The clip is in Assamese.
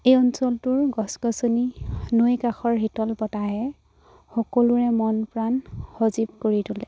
এই অঞ্চলটোৰ গছ গছনি নৈ কাষৰ শীতল বতাহে সকলোৰে মন প্ৰাণ সজীৱ কৰি তোলে